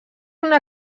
una